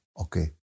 Okay